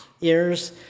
ears